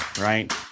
right